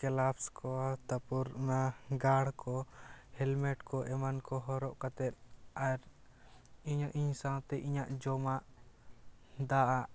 gloves ᱠᱚ ᱛᱟᱨᱯᱚᱨ ᱚᱱᱟ ᱜᱟᱲ ᱠᱚ ᱦᱮᱞᱢᱮᱱᱴ ᱠᱚ ᱮᱢᱟᱱ ᱠᱚ ᱦᱚᱨᱚᱜ ᱠᱟᱛᱮᱫ ᱟᱨ ᱤᱧᱟᱹᱜ ᱤᱧ ᱥᱟᱶᱛᱮ ᱤᱧᱟᱹᱜ ᱡᱚᱢᱟᱜ ᱫᱟᱜ